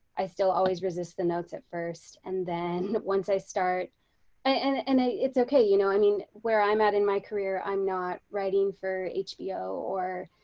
i still always resist the notes at first and then once i start and and it's okay, you know i mean where i'm at in my career, i'm not writing for hbo or